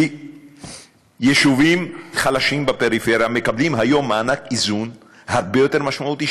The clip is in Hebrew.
כי יישובים חלשים בפריפריה מקבלים היום מענק איזון הרבה יותר משמעותי,